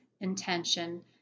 intention